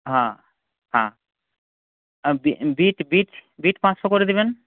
হাঁ হাঁ বিট বিট বিট পাঁচশো করে দেবেন